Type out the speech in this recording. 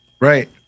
Right